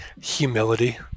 Humility